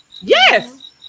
yes